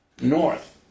north